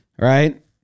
Right